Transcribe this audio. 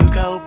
go